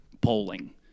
polling